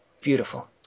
Beautiful